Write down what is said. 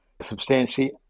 substantially